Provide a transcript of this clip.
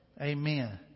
Amen